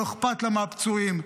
לא אכפת לה מהפצועים.